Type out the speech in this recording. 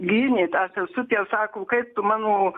gynė tą sesutė sako kaip tu mano